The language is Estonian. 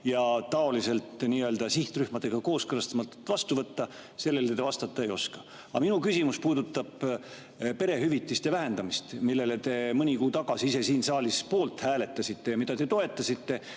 ja nii-öelda sihtrühmadega kooskõlastamata vastu võtta, sellele te vastata ei oska. Aga minu küsimus puudutab perehüvitiste vähendamist, mille poolt te mõni kuu tagasi ise siin saalis hääletasite, mida te toetasite,